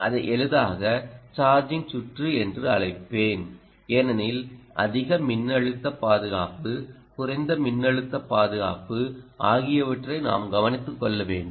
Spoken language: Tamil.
அதை எளிதாக சார்ஜிங் சுற்று என்று அழைப்பேன் ஏனெனில் அதிக மின்னழுத்த பாதுகாப்பு குறைந்த மின்னழுத்த பாதுகாப்பு ஆகியவற்றை நாம் கவனித்துக் கொள்ள வேண்டும்